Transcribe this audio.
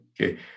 Okay